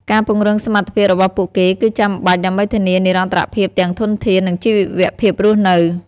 ការពង្រឹងសមត្ថភាពរបស់ពួកគេគឺចាំបាច់ ដើម្បីធានានិរន្តរភាពទាំងធនធាន និងជីវភាពរស់នៅ។